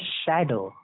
shadow